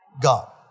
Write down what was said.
God